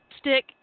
Stick